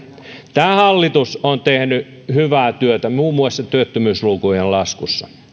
tämä hallitus on tehnyt hyvää työtä muun muassa työttömyyslukujen laskussa